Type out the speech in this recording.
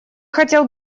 хотел